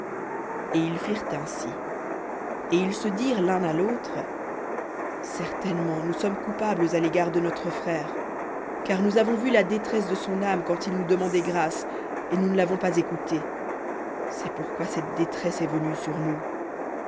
et ils firent ainsi et ils se dirent l'un à l'autre certainement nous sommes coupables à l'égard de notre frère car nous avons vu la détresse de son âme quand il nous demandait grâce et nous ne l'avons pas écouté c'est pourquoi cette détresse est venue sur nous